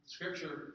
Scripture